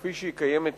כפי שהיא קיימת היום,